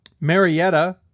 Marietta